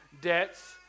debts